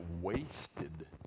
wasted